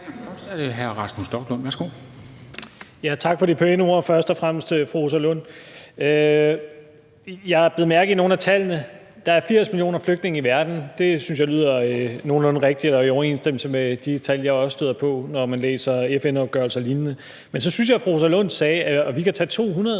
Rasmus Stoklund (S): Først og fremmest tak til fru Rosa Lund for de pæne ord. Jeg bed mærke i nogle af tallene. Der er 80 millioner flygtninge i verden. Det synes jeg lyder nogenlunde rigtigt og i overensstemmelse med de tal, jeg også støder på, når jeg læser FN-opgørelser og lignende. Men så synes jeg, at fru Rosa Lund sagde: Og vi kan tage 200.